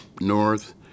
north